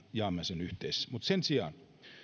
jaamme yhteisesti mutta sen sijaan